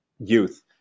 youth